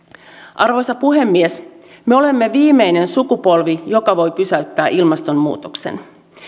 arvoisa puhemies me olemme viimeinen sukupolvi joka voi pysäyttää ilmastonmuutoksen